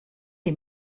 est